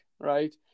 Right